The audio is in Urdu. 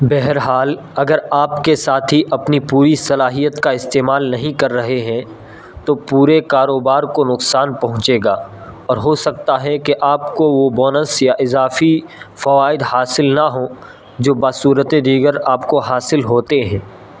بہر حال اگر آپ کے ساتھی اپنی پوری صلاحیت کا استعمال نہیں کر رہے ہیں تو پورے کاروبار کو نقصان پہنچے گا اور ہو سکتا ہے کہ آپ کو وہ بونس یا اضافی فوائد حاصل نہ ہوں جو بصورت دیگر آپ کو حاصل ہوتے ہیں